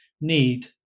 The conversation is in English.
need